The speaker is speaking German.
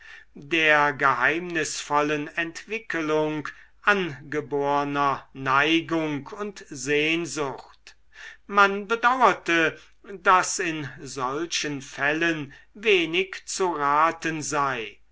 der geheimnisvollen entwickelung angeborner neigung und sehnsucht man bedauerte daß in solchen fällen wenig zu raten sei